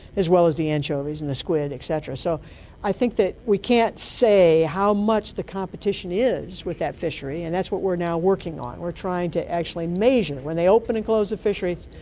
as well as the anchovies and the squid et cetera. so i think that we can't say how much the competition is with that fishery, and that's what we're now working on, we're trying to actually measure, when they open and close the fisheries,